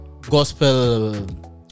gospel